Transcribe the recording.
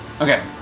Okay